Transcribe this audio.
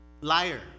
liar